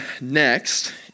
Next